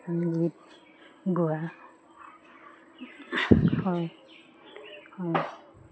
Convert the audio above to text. গীত গোৱা হয় হয়